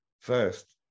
first